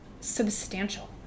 substantial